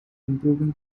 improving